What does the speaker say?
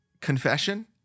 confession